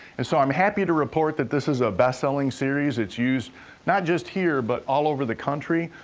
and so, i'm happy to report that this is a best-selling series. it's used not just here but all over the country,